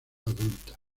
adulta